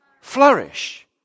flourish